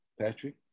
Patrick